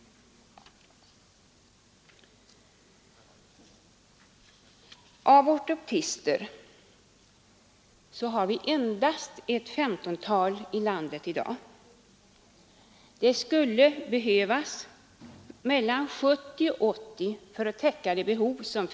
Av ortoptister har vi endast ett femtontal i landet i dag. Det skulle behövas mellan 70 och 80 för att täcka behovet.